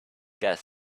gas